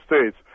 States